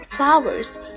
flowers